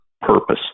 purpose